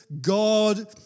God